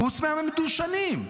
חוץ מהמדושנים.